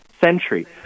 century